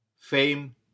fame